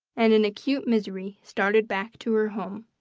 and in acute misery started back to her home.